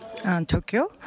Tokyo